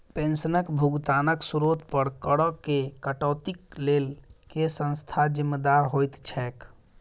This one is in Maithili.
पेंशनक भुगतानक स्त्रोत पर करऽ केँ कटौतीक लेल केँ संस्था जिम्मेदार होइत छैक?